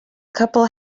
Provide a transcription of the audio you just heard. couple